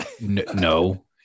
no